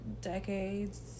decades